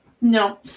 No